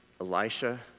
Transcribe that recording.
Elisha